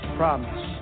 promise